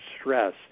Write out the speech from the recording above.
stress